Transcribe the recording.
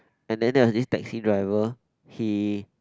and then there is this taxi driver he